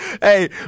Hey